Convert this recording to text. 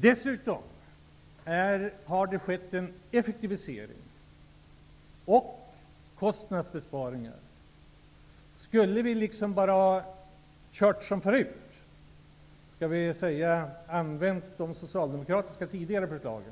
Dessutom har det skett en effektivisering och kostnadsbesparing. Skulle vi liksom bara ha kört som förut -- skall vi säga använt de socialdemokratiska tidigare förslagen